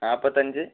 നാൽപ്പത്തഞ്ച്